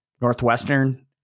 northwestern